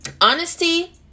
honesty